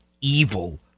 evil